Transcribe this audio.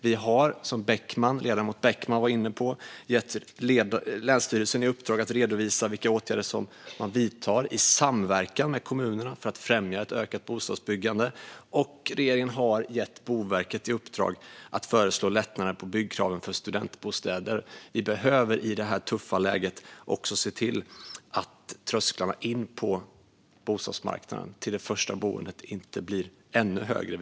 Vi har, som ledamoten Beckman var inne på, gett länsstyrelserna i uppdrag att redovisa vilka åtgärder de vidtar i samverkan med kommunerna för att främja ett ökat bostadsbyggande. Regeringen har också gett Boverket i uppdrag att föreslå lättnader i byggkraven för studentbostäder. I detta tuffa läge behöver vi se till att trösklarna in på bostadsmarknaden, till det första boendet, inte blir ännu högre.